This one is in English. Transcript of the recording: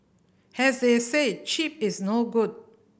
has they say cheap is no good